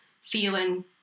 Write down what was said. feeling